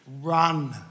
run